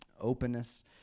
openness